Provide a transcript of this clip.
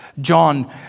John